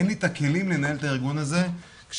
אין לי את הכלים לנהל את הארגון הזה כשאין